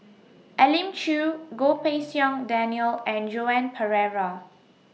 Elim Chew Goh Pei Siong Daniel and Joan Pereira